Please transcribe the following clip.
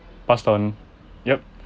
passed on yup